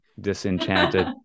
disenchanted